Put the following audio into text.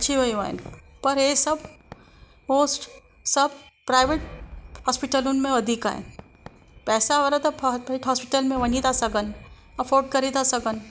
अची वियूं आहिनि पर हे सभु पोस्ट सभु प्रायवेट हॉस्पिटलुनि में वधीक आहे पैसा वारा त पा फु हॉस्पिटलनि में वञी था सघनि अफोर्ड करे था सघनि